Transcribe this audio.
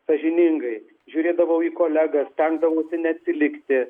sąžiningai žiūrėdavau į kolegas stengdavausi neatsilikti